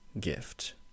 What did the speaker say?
gift